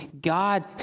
God